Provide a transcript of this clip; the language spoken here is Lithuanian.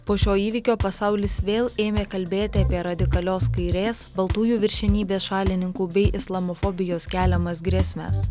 po šio įvykio pasaulis vėl ėmė kalbėti apie radikalios kairės baltųjų viršenybės šalininkų bei islamofobijos keliamas grėsmes